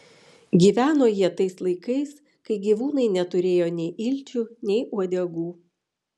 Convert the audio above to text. gyveno jie tais laikais kai gyvūnai neturėjo nei ilčių nei uodegų